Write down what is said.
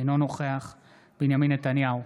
אינו נוכח בנימין נתניהו,